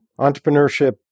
Entrepreneurship